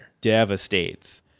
Devastates